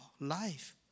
life